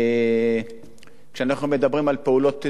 כשאנחנו מדברים על פעולות נוספות,